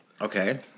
Okay